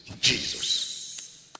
Jesus